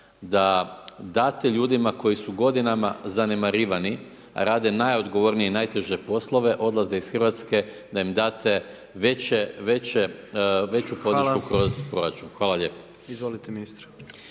da date ljudima koji su godinama zanemarivani, rade najodgovornije i najteže poslove, odlaze iz Hrvatske, da im date veću podršku kod proračun. Hvala lijepo. **Jandroković,